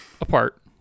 apart